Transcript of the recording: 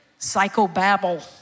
psychobabble